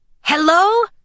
Hello